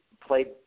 played